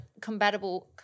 compatible